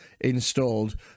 Installed